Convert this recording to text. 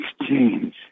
exchange